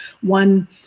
one